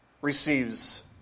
receives